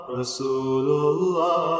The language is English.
Rasulullah